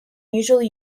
usually